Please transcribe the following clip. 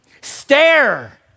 Stare